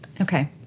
Okay